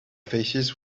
faces